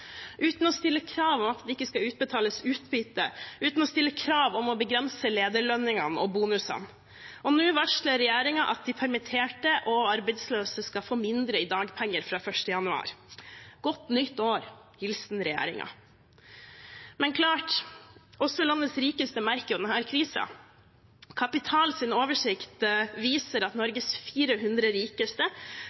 uten å stille krav om at det ikke skal utbetales utbytte, uten å stille krav om å begrense lederlønningene og bonusene. Nå varsler regjeringen at de permitterte og arbeidsløse skal få mindre i dagpenger fra 1. januar – godt nytt år, hilsen regjeringen. Men klart: Også landets rikeste merker denne krisen. Kapitals oversikt viser at Norges 400 rikeste